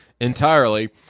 entirely